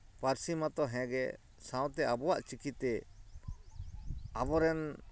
ᱯᱟᱹᱨᱥᱤ ᱢᱟᱛᱚ ᱦᱮᱸᱜᱮ ᱥᱟᱶᱛᱮ ᱟᱵᱚᱣᱟᱜ ᱪᱤᱠᱤᱛᱮ ᱟᱵᱚᱨᱮᱱ